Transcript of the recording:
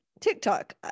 TikTok